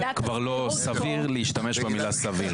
כבר לא סביר להשתמש במילה סביר.